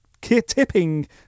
tipping